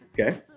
okay